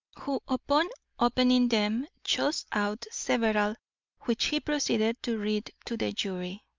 who, upon opening them, chose out several which he proceeded to read to the jury.